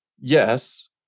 yes